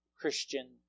Christian